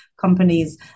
companies